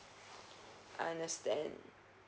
I understand